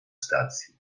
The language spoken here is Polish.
stacji